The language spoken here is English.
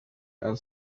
and